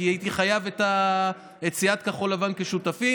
כי הייתי חייב את סיעת כחול לבן כשותפים,